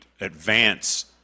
advance